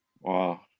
Wow